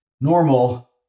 normal